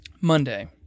Monday